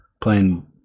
playing